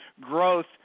growth